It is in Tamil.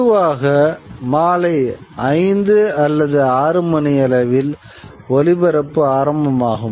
பொதுவாக மாலை 5 அல்லது 6 மணியளவில் ஒலிபரப்பு ஆரம்பமாகும்